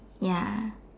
ya